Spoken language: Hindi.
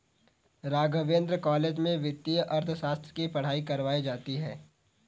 राघवेंद्र कॉलेज में वित्तीय अर्थशास्त्र की पढ़ाई करवायी जाती है